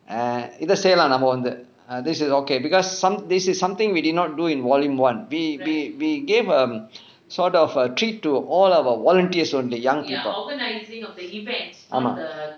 uh இதை செய்யலாம் நம்ம வந்து:ithai seyyalaam namma vanthu uh this is okay because some this is something we did not do in volume one we we gave um sort of a treat to all our volunteers only the young people